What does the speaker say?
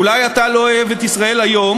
אולי אתה לא אוהב את "ישראל היום"